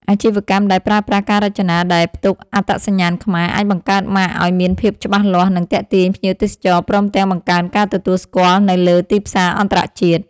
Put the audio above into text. អាជីវកម្មដែលប្រើប្រាស់ការរចនាដែលផ្ទុកអត្តសញ្ញាណខ្មែរ អាចបង្កើតម៉ាកឲ្យមានភាពច្បាស់លាស់ និងទាក់ទាញភ្ញៀវទេសចរព្រមទាំងបង្កើនការទទួលស្គាល់នៅលើទីផ្សារអន្តរជាតិ។